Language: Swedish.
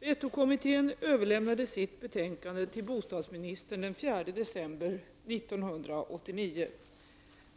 Vetokommittén överlämnade sitt betänkande till bostadsministern den 4 december 1989.